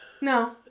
No